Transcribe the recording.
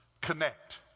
Connect